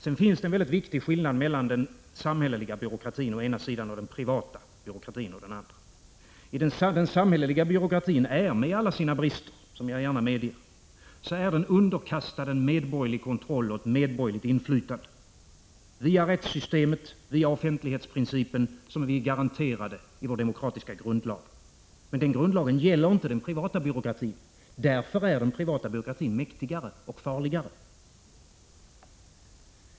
Det finns en väldigt viktig skillnad mellan den samhälleliga byråkratin å ena sidan och den privata byråkratin å den andra. Den samhälleliga byråkratin är med alla sina brister, som jag gärna medger finns, underkastad en medborgerlig kontroll och medborgerligt inflytande via rättssystemet, via offentlighetsprincipen som är garanterade i vår demokratiska grundlag. Men den grundlagen gäller inte den privata byråkratin. Därför är den privata byråkratin mäktigare och farligare.